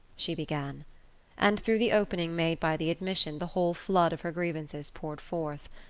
she began and through the opening made by the admission the whole flood of her grievances poured forth.